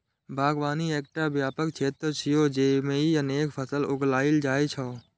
बागवानी एकटा व्यापक क्षेत्र छियै, जेइमे अनेक फसल उगायल जाइ छै